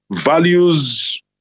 values